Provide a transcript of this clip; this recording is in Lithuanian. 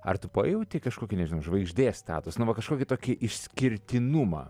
ar tu pajauti kažkokį nežinau žvaigždės statusą na va kažkokį tokį išskirtinumą